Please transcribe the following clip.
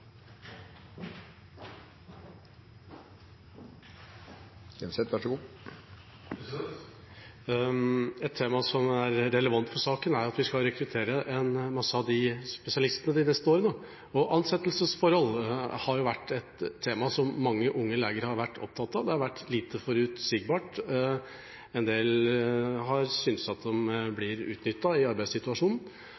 relevant for saken, er at vi skal rekruttere mange av disse spesialistene de neste årene, og ansettelsesforhold har vært et tema som mange unge leger har vært opptatt av. Det har vært lite forutsigbart, en del synes at de blir utnyttet i arbeidssituasjonen,